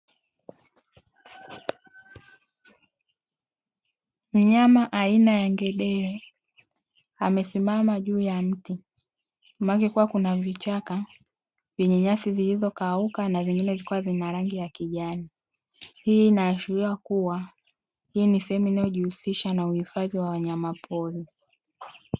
Mnyama aina ya ngedere amesimama juu ya mti, nyuma yake kukiwa kuna vichaka vyenye nyasi zilizokauka na zingine zikiwa zina rangi ya kijani. Hii inaashiria kuwa hii ni sehemu inayojihusisha na uhifadhi wa wanyamapori.